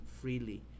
freely